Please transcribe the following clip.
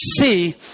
see